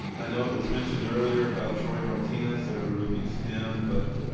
um i know it was mentioned earlier about troy martinez at riverview stem, but,